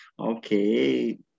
okay